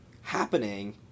happening